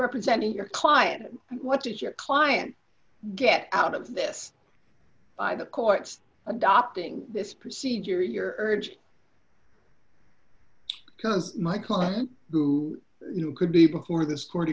representing your client and what did your client get out of this by the courts adopting this procedure in your urge because my client who you knew could be before this court